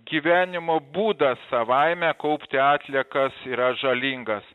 gyvenimo būdas savaime kaupti atliekas yra žalingas